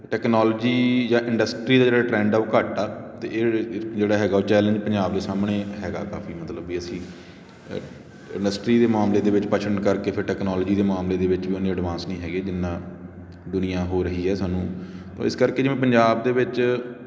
technology ਜਾਂ industry ਦਾ ਜਿਹੜਾ ਟਰੈਂਡ ਆ ਉਹ ਘੱਟ ਆ ਅਤੇ ਇਹ ਜਿਹੜਾ ਹੈਗਾ ਉਹ ਚੈਲੇਂਜ ਪੰਜਾਬ ਦੇ ਸਾਹਮਣੇ ਹੈਗਾ ਕਾਫੀ ਮਤਲਬ ਵੀ ਅਸੀਂ ਇੰਡਸਟਰੀ ਦੇ ਮਾਮਲੇ ਦੇ ਵਿੱਚ ਪਛੜਨ ਕਰਕੇ ਫਿਰ ਟੈਕਨੋਲੋਜੀ ਦੇ ਮਾਮਲੇ ਦੇ ਵਿੱਚ ਵੀ ਉਹਨੇ ਐਡਵਾਂਸ ਨਹੀਂ ਹੈਗੇ ਜਿੰਨਾਂ ਦੁਨੀਆਂ ਹੋ ਰਹੀ ਹੈ ਸਾਨੂੰ ਤਾਂ ਇਸ ਕਰਕੇ ਜਿਵੇਂ ਪੰਜਾਬ ਦੇ ਵਿੱਚ